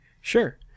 Sure